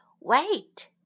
Wait